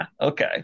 Okay